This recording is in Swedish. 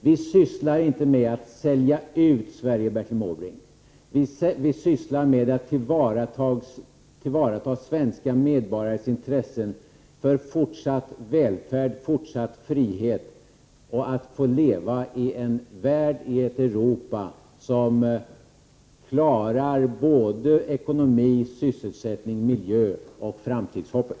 Vi sysslar inte med någon utförsäljning av Sverige, Bertil Måbrink! Vad vi sysslar med är att vi tillvaratar de svenska medborgarnas intressen när det gäller fortsatt välfärd och fortsatt frihet. Vi vill att människor skall få leva i ett Europa som klarar ekonomin, sysselsättningen, miljön och framtidshoppet.